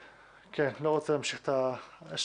כן, לא רוצה להמשיך את ההשוואה.